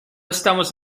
estamos